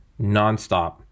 nonstop